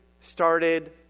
started